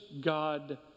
God